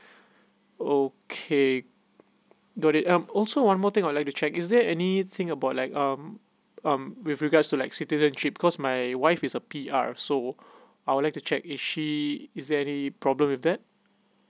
okay got it um also one more thing I would like to check is there anything about like um um with regards to like citizenship cause my wife is a P_R so I would like to check is she is there any problem with that